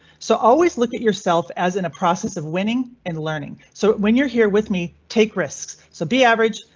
so always look at yourself as in a process of winning and learning. so when you're here with me, take risks. so be average.